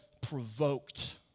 provoked